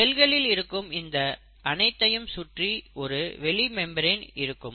செல்களில் இருக்கும் இந்த அனைத்தையும் சுற்றி ஒரு வெளி மெம்பரேன் இருக்கும்